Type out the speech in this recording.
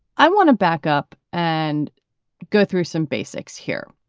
i want to back up and go through some basics here.